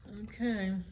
Okay